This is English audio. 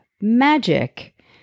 magic